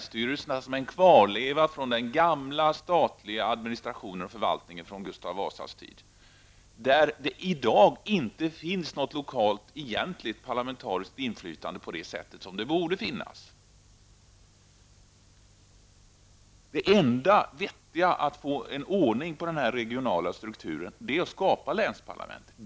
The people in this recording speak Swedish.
Länsstyrelserna är en kvarleva från den gamla statliga administrationen och förvaltningen från Gustav Vasas tid. I dag finns det inte något lokalt, egentligen parlamentariskt inflytande på det sätt som det borde finnas. Det enda vettiga sättet att få ordning på den regionala strukturen är att skapa länsparlament.